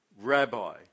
Rabbi